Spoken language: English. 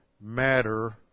matter